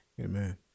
Amen